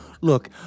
look